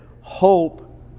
Hope